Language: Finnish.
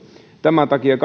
tämän takia